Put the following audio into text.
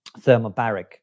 thermobaric